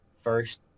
first